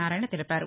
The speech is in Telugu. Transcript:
నారాయణ తెలిపారు